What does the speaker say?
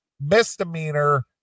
misdemeanor